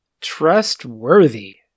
Trustworthy